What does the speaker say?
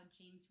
James